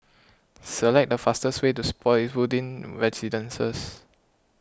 select the fastest way to Spottiswoode Residences